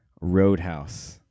Roadhouse